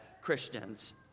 Christians